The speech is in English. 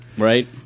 Right